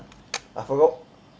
I forgot